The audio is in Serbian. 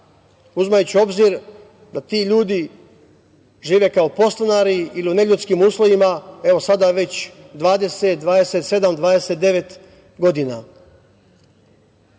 uzimajući u obzir da ti ljudi žive kao podstanari ili u neljudskim uslovima, sada već 20, 27, 29 godina.